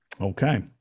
Okay